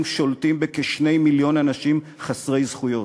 שולטים בכ-2 מיליון אנשים חסרי זכויות.